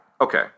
Okay